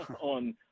on